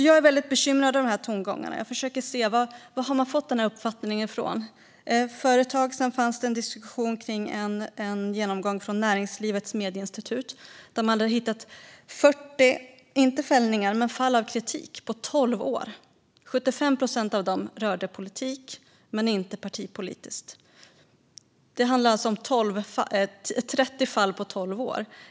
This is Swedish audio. Jag är väldigt bekymrad över de här tongångarna. Jag försöker se var man har fått den här uppfattningen ifrån. För ett tag sedan fanns det en diskussion om en genomgång från Näringslivets medieinstitut. De hade hittat 40 inte fällningar men fall av kritik på 12 år. 75 procent av dem rörde politik men inte partipolitik. Det handlar alltså om 40 fall på 12 år.